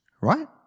right